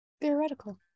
theoretical